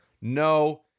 No